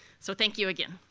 so thank you again.